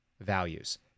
values